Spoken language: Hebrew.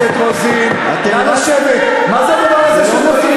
חברת הכנסת רוזין, נא לשבת במקומך.